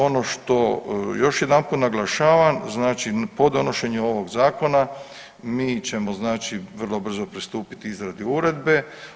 Ono što još jedanput naglašavam, znači po donošenju ovog zakona mi ćemo znači vrlo brzo pristupiti izradi uredbe.